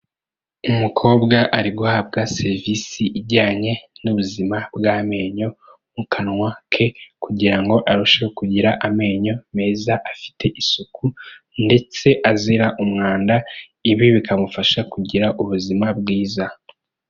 Umukobwa ari guhabwa serivisi ijyanye n'ubuzima bw'amenyo mu kanwa ke kugira ngo arusheho kugira amenyo meza afite isuku ndetse azira umwanda, ibi bikamufasha kugira ubuzima bwiza.